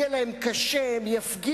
יהיה להם קשה, הם יפגינו,